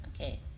Okay